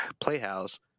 Playhouse